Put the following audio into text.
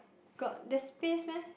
got that space meh